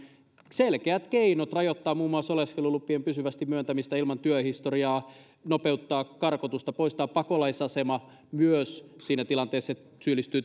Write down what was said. selkeät keinot rajoittaa muun muassa oleskelulupien pysyvästi myöntämistä ilman työhistoriaa nopeuttaa karkotusta poistaa pakolaisasema myös siinä tilanteessa että syyllistyy